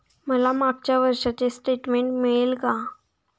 मला मागच्या वर्षीचे स्टेटमेंट मिळेल का?